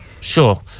sure